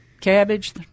cabbage